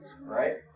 right